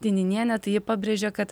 dieniniene tai ji pabrėžė kad